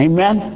Amen